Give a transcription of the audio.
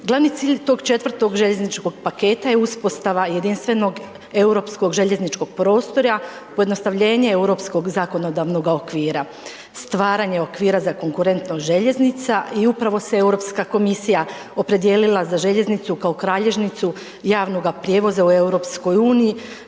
Glavni cilj tog 4 željezničkog paketa je uspostava jedinstvenog europskog željezničkog prostora, pojednostavljenje europskog zakonodavnog okvira, stvaranje okvira za konkurentnost željeznica i upravo se Europska komisija opredijelila za željeznicu kao kralježnicu javnoga prijevoza u EU